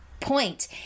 point